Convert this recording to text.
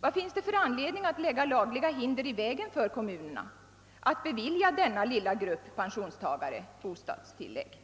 Vad finns för anledning att lägga lagliga hinder i vägen för kommunerna att bevilja denna lilla grupp pensionstagare bostadstillägg?